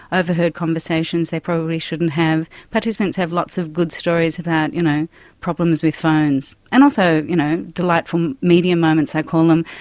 ah overheard conversations they probably shouldn't have. participants have lots of good stories about you know problems with phones, and also you know delightful media moments, i call them,